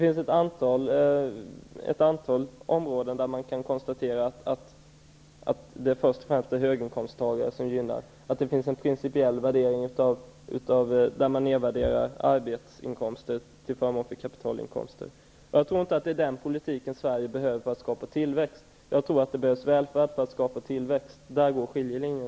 På ett antal områden kan man konstatera att det först och främst är höginkomsttagare som gynnas, att det finns en principiell värdering som innebär att man nedvärderar arbetsinkomster till förmån för kapitalinkomster. Jag tror inte att det är den politiken vi behöver i Sverige för att skapa tillväxt. Jag tror att det behövs välfärd för att skapa tillväxt. Där går skiljelinjen.